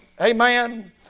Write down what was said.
Amen